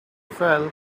fell